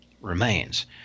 remains